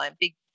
big